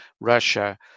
Russia